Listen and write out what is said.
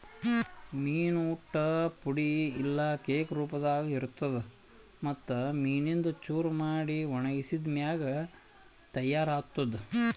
ಮೀನು ಊಟ್ ಪುಡಿ ಇಲ್ಲಾ ಕೇಕ್ ರೂಪದಾಗ್ ಇರ್ತುದ್ ಮತ್ತ್ ಮೀನಿಂದು ಚೂರ ಮಾಡಿ ಒಣಗಿಸಿದ್ ಮ್ಯಾಗ ತೈಯಾರ್ ಆತ್ತುದ್